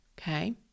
Okay